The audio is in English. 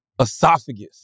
Esophagus